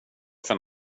för